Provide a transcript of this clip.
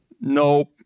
Nope